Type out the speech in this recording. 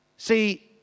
See